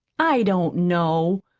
i don't know.